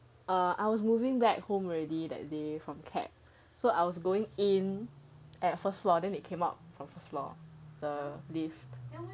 err I was moving back home already that day from so I was going in at first floor then they came up from the first floor the lift